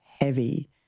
heavy